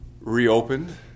reopened